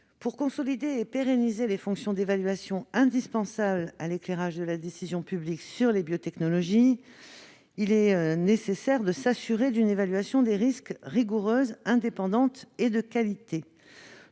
Pour consolider et pérenniser les fonctions d'évaluation indispensables à l'éclairage de la décision publique sur les biotechnologies, il est nécessaire de s'assurer d'une évaluation des risques rigoureuse, indépendante et de qualité,